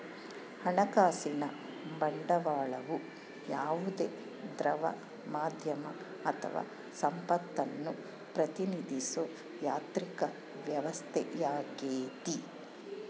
ಹಣಕಾಸಿನ ಬಂಡವಾಳವು ಯಾವುದೇ ದ್ರವ ಮಾಧ್ಯಮ ಅಥವಾ ಸಂಪತ್ತನ್ನು ಪ್ರತಿನಿಧಿಸೋ ಯಾಂತ್ರಿಕ ವ್ಯವಸ್ಥೆಯಾಗೈತಿ